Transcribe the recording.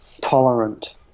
tolerant